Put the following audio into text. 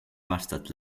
aastat